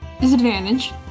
Disadvantage